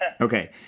Okay